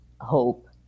hope